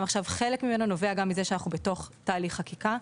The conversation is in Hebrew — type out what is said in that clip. עכשיו נובע מזה שאנחנו בתוך תהליך חקיקה.